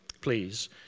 please